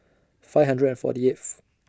five hundred and forty eighth